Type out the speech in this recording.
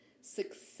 Success